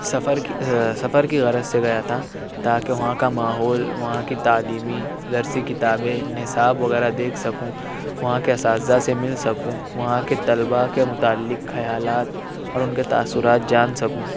سفر کی سفر کی غرض سے گیا تھا تاکہ وہاں کا ماحول وہاں کی تعلیمی درسی کتابیں نصاب وغیرہ دیکھ سکوں وہاں کے اساتذہ سے مل سکوں وہاں کے طلباء کے متعلق خیالات اور ان کے تاثرات جان سکوں